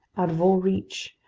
out of all reach,